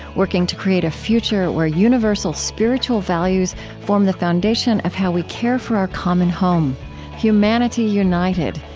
working to create a future where universal spiritual values form the foundation of how we care for our common home humanity united,